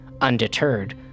Undeterred